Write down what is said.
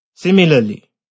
Similarly